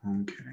Okay